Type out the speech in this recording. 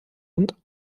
und